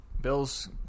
Bills